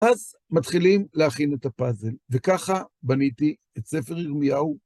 אז מתחילים להכין את הפאזל, וככה בניתי את ספר ירמיהו.